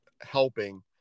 helping